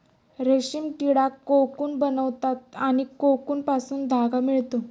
रेशीम किडा कोकून बनवतात आणि कोकूनपासून धागा मिळतो